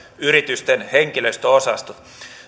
yritysten henkilöstöosastot